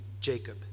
Jacob